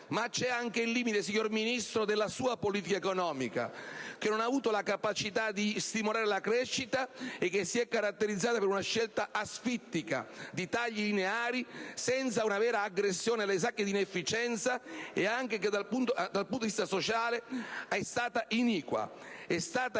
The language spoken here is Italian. c'è anche il limite della sua politica economica, che non ha avuto la capacità di stimolare la crescita e che si è caratterizzata per una scelta asfittica di tagli lineari, senza una vera aggressione alle sacche di inefficienza e che, anche dal punto di vista sociale, è stata iniqua.